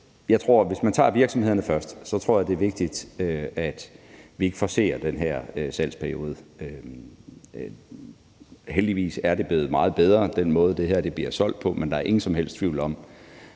det. Hvis man tager virksomhederne først, tror jeg, det er vigtigt, at vi ikke forcerer den her salgsperiode. Heldigvis er den måde, det her bliver solgt på, blevet meget bedre, men der er ingen som helst tvivl om,